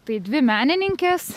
tai dvi menininkės